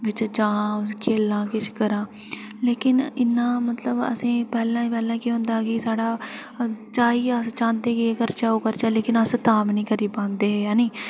बिच चाऽ खेल्लां किश करां की इ'न्ना मतलब असें गी पैह्लें पैह्लें मतलब केह् होंदा की साढ़ा अस चाहंदे हे की अस एह् करचै ओह् करचै पर अस कम्म निं करी पांदे हे ऐ नी